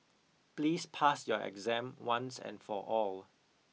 please pass your exam once and for all